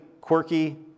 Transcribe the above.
quirky